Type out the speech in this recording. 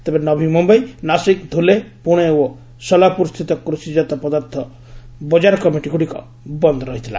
ତେବେ ନବୀ ମୁମ୍ୟାଇ ନାଶିକ୍ ଧୁଲେ ପୁଣେ ଓ ସୋଲାପୁର ସ୍ଥିତ କୃଷିଜାତ ପଦାର୍ଥ ବଜାର କମିଟିଗୁଡ଼ିକ ବନ୍ଦ୍ ରହିଥିଲା